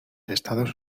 estados